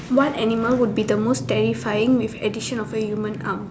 what animal would be the most terrifying with addition of a human arm